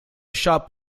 shop